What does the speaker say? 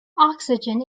oxygen